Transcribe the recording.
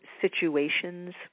situations